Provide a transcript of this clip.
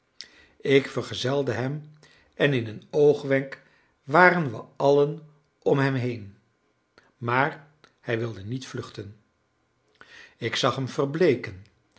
ik vergezelde hem en in een oogwenk waren we allen om hem heen maar hij wilde niet vluchten ik zag hem verbleeken